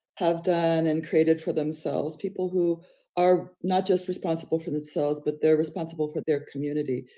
have done and created for themselves, people who are not just responsible for themselves, but they're responsible for their community,